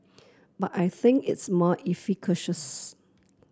but I think it's more efficacious